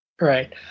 Right